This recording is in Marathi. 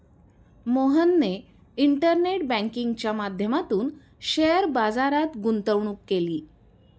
मोहनने इंटरनेट बँकिंगच्या माध्यमातून शेअर बाजारात गुंतवणूक केली